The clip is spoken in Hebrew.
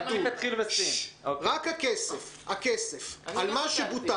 רק הכסף על מה שבוטל.